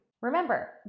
Remember